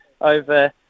over